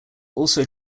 also